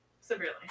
severely